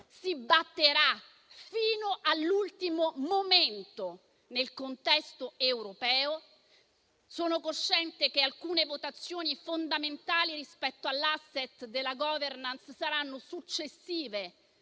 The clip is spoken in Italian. si batterà fino all'ultimo momento nel contesto europeo; sono cosciente che alcune votazioni fondamentali rispetto all'*asset* della *governance* saranno successive